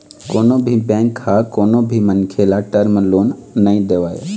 कोनो भी बेंक ह कोनो भी मनखे ल टर्म लोन नइ देवय